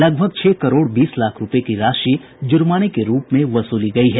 लगभग छह करोड़ बीस लाख रूपये की राशि जुर्माने के रूप में वसूली गयी है